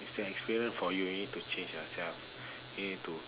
is an experience for you and you need to change yourself you need to